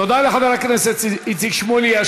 תודה לחבר הכנסת איציק שמולי.